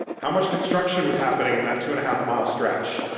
how much construction was happening in that two and a half mile stretch?